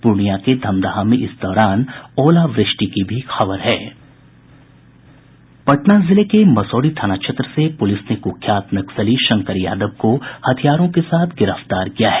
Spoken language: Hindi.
पूर्णिया के धमदाहा में इस दौरान ओलावृष्टि की भी खबर है पटना जिले के मसौढ़ी थाना क्षेत्र से पुलिस ने कुख्यात नक्सली शंकर यादव को हथियारों के साथ गिरफ्तार किया है